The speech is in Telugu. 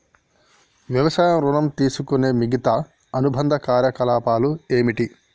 వ్యవసాయ ఋణం తీసుకునే మిగితా అనుబంధ కార్యకలాపాలు ఏమిటి?